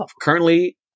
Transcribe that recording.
currently